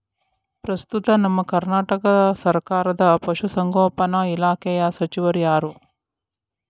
ಪ್ರಸ್ತುತ ನಮ್ಮ ಕರ್ನಾಟಕ ಸರ್ಕಾರದ ಪಶು ಸಂಗೋಪನಾ ಇಲಾಖೆಯ ಸಚಿವರು ಯಾರು?